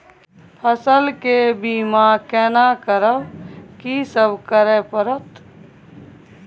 फसल के बीमा केना करब, की सब करय परत?